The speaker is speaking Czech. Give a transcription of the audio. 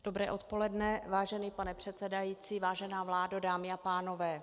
Dobré odpoledne, vážený pane předsedající, vážená vládo, dámy a pánové.